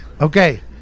Okay